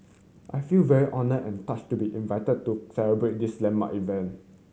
I feel very honoured and touched to be invited to celebrate this landmark event